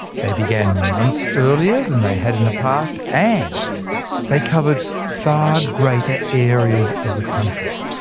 they began months earlier than they had in the past, and they covered far greater areas of the country.